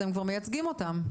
אתם כבר מייצגים אותם.